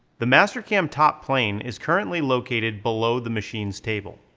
the mastercam top plane is currently located below the machine's table.